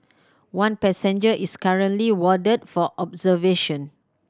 one passenger is currently warded for observation